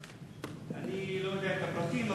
לא יודע את הפרטים.